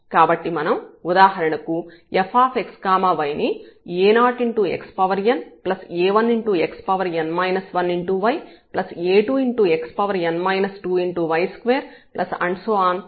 కాబట్టి మనం ఉదాహరణ కు fxy ని a0xn a1xn 1y a2xn 2y2 anyn గా తీసుకుందాం